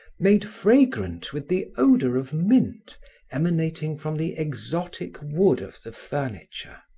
made fragrant with the odor of mint emanating from the exotic wood of the furniture.